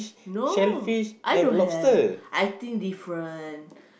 no I don't have I think different